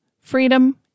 freedom